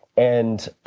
and